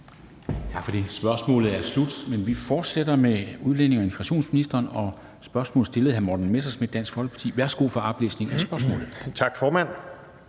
Tak for det. Spørgsmålet er slut. Men vi fortsætter med udlændinge- og integrationsministeren og et spørgsmål stillet af hr. Morten Messerschmidt, Dansk Folkeparti. Kl. 13:44 Spm. nr.